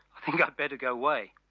i think i'd better go away.